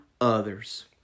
others